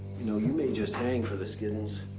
you know, you may just hang for this, giddens.